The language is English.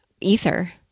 Ether